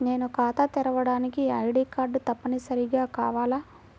నేను ఖాతా తెరవడానికి ఐ.డీ కార్డు తప్పనిసారిగా కావాలా?